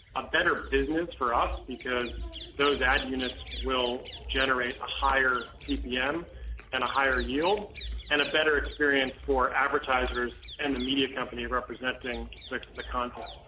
a better business for us because those ad units will generate a higher cpm and a higher yield and a better experience for advertisers and the media company representing the content.